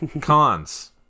cons